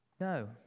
No